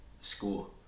school